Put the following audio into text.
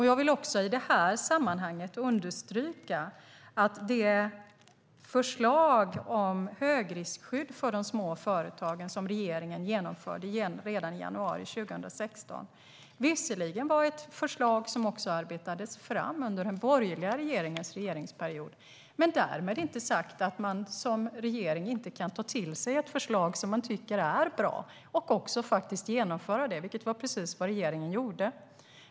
Jag vill i detta sammanhang understryka att det förslag om högriskskydd för de små företagen som regeringen genomförde redan i januari 2016 visserligen arbetades fram under den borgerliga regeringsperioden, men att inget hindrar en regering från att ta till sig ett förslag som man tycker är bra och genomföra det, vilket är precis vad denna regering gjort.